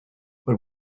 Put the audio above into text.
but